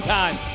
time